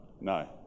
no